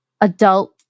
adult